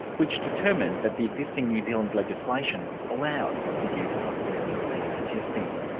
which determined that the existing new zealand legislation allows for the use of familial dna testing.